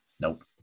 Nope